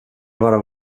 vara